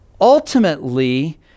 Ultimately